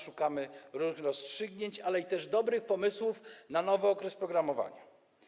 Szukamy różnych rozstrzygnięć, ale też dobrych pomysłów na nowy okres programowania.